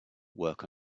work